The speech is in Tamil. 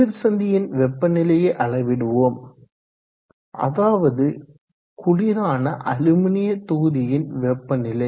குளிர் சந்தியின் வெப்ப நிலையை அளவிடுவோம் அதாவது குளிரான அலுமினிய தொகுதியின் வெப்ப நிலை